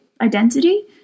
identity